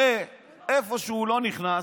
הרי איפה שהוא לא נכנס,